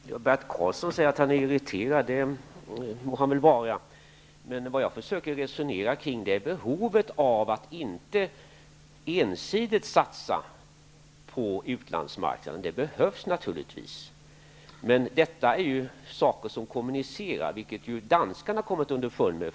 Fru talman! Bert Karlsson säger att han är irriterad, och det må han väl vara. Vad jag försöker föra ett resonemang om är att vi inte ensidigt skall satsa på utlandsmarknaden, vilken naturligtvis i och för sig också behövs. Men här handlar det om att kommunicera, och det har danskarna kommit underfund om.